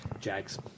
Jags